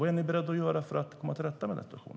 Vad är ni beredda att göra för att komma till rätta med den?